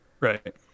right